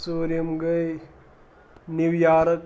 ژوٗرِم گٔے New York